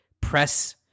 press